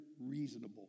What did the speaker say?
reasonable